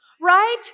right